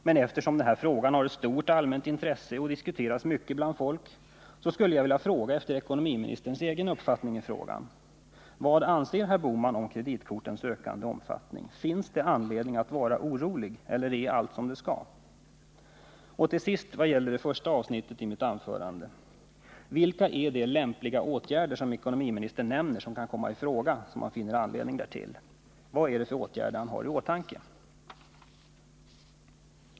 Men eftersom den här frågan har rönt ett stort allmänt intresse och eftersom den diskuteras mycket bland folk skulle jag vilja fråga efter ekonomiministerns uppfattning här. Vad anser herr Bohman om kreditkortens ökande omfattning? Finns det anledning att våra orolig eller är allt som det skall vara? Till sist vad gäller det första avsnittet i mitt anförande: Vilka är de ”lämpliga åtgärder” som kan komma att vidtas om man finner anledning därtill? Vilka åtgärder har alltså ekonomiministern i åtanke?